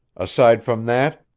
aside from that,